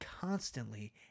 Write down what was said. constantly